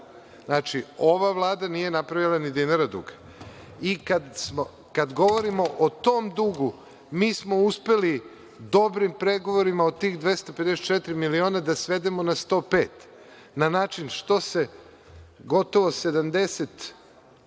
Znači, ova Vlada nije napravila ni dinara duga. Kad govorimo o tom dugu, mi smo uspeli dobrim pregovorima o tih 254 miliona da svedemo na 105, na način što se gotovo 70